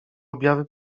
objawy